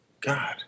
God